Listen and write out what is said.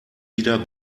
wieder